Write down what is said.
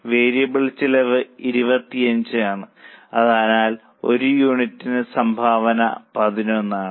variable ചെലവ് 25 ആണ് അതിനാൽ ഒരു യൂണിറ്റിന് സംഭാവന 11 ആണ്